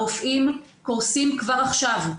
הרופאים קורסים כבר עכשיו,